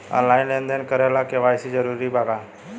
Online लेन देन करे ला के.वाइ.सी जरूरी बा का?